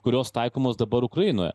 kurios taikomos dabar ukrainoje